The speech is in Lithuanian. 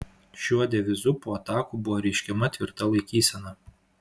šiuo devizu po atakų buvo reiškiama tvirta laikysena